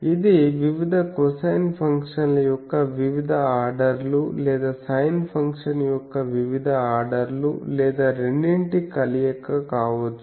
ఇది వివిధ కొసైన్ ఫంక్షన్ల యొక్క వివిధ ఆర్డర్లు లేదా సైన్ ఫంక్షన్ యొక్క వివిధ ఆర్డర్లు లేదా రెండింటి కలయిక కావచ్చు